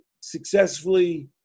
successfully